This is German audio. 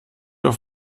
auf